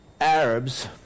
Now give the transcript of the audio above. Arabs